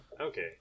Okay